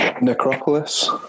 Necropolis